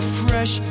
fresh